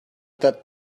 that